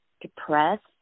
depressed